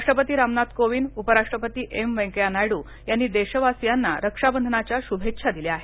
राष्ट्रपती रामनाथ कोविंद उपराष्ट्रपती एम वैंकय्या नायडू यांनी देशवासियांना रक्षाबंधनाच्या शुभेच्छा दिल्या आहेत